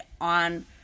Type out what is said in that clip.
on